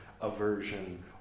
aversion